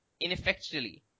ineffectually